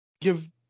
give